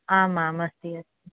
आम् आम् अस्ति अस्ति